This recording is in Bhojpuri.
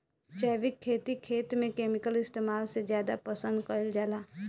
जैविक खेती खेत में केमिकल इस्तेमाल से ज्यादा पसंद कईल जाला